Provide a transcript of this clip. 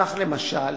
כך, למשל,